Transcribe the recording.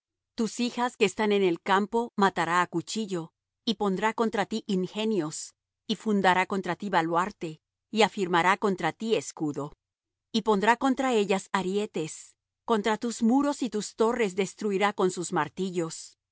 tus hijas que están en el campo matará á cuchillo y pondrá contra ti ingenios y fundará contra ti baluarte y afirmará contra ti escudo y pondrá contra ella arietes contra tus muros y tus torres destruirá con sus martillos